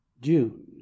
June